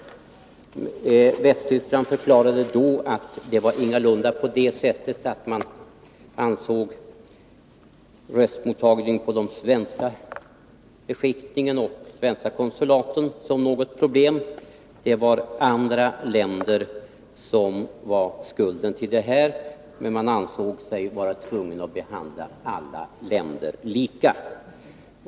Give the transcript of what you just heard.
Från västtyskt håll förklarade man att man ingalunda ansåg röstmottagningen på de svenska beskickningarna och konsulaten vara några problem, det var andra länder som var skulden till det tyska ställningstagandet. Man ansåg sig emellertid tvungen att behandla alla länder lika.